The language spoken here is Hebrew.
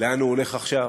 לאן הוא הולך עכשיו,